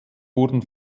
wurden